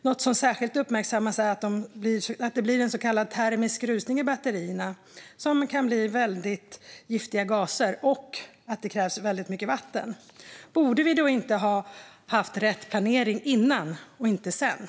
Något som särskilt uppmärksammats är att det blir en så kallad termisk rusning i batterierna som kan göra att det bildas väldigt giftiga gaser och att det krävs väldigt mycket vatten. Borde vi då inte ha haft rätt planering förr och inte senare?